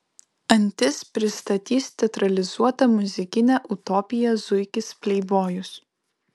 antis pristatys teatralizuotą muzikinę utopiją zuikis pleibojus